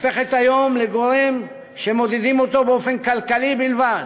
הופכת היום לגורם שמודדים באופן כלכלי בלבד,